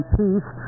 peace